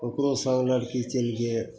ककरो सङ्ग लड़की चलि गेल